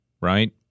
right